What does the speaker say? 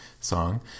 song